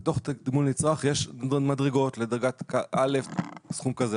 בתוך תגמול נצרך יש מדרגות לדרגה א' סכום כזה,